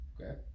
Okay